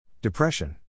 Depression